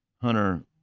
Hunter